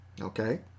okay